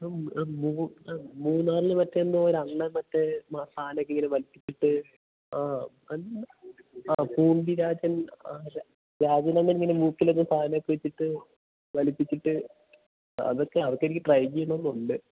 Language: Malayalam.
ആ ആ ആ മൂന്നാറില് മറ്റേ എന്തോ ഒരണ്ണൻ മറ്റേ മസാലയൊക്കെ ഇങ്ങനെ വലിപ്പിച്ചിട്ട് ആ അതെന്ത് ആ പൂന്തിരാജൻ ആ രാജനെന്ന് ആ മൂക്കിലൊക്കെ സാധനമൊക്കെ വെച്ചിട്ട് വലിപ്പിച്ചിട്ട് ആ അതൊക്കെ അതൊക്കെ എനിക്ക് ട്രൈ ചെയ്യണമെന്നുണ്ട്